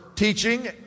teaching